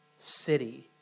city